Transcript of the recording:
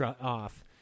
off